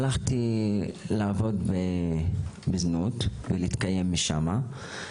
הלכתי לעבוד בזנות ולהתקיים משם.